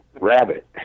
Rabbit